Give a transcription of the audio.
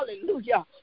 hallelujah